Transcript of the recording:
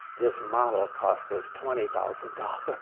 this model costs us twenty thousand dollars!